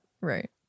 Right